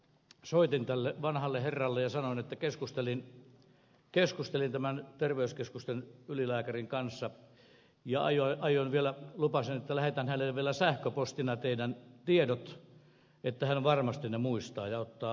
soitin tälle vanhalle herralle ja sanoin että keskustelin terveyskeskusten ylilääkärin kanssa ja lupasin että lähetän hänelle vielä sähköpostina teidän tietonne että hän varmasti ne muistaa ja ottaa onkeen